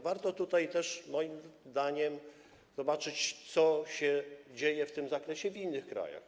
Warto tutaj też moim zdaniem zobaczyć, co się dzieje w tym zakresie w innych krajach.